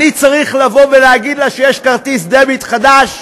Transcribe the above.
אני צריך לבוא ולהגיד לה שיש כרטיס דביט חדש,